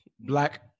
Black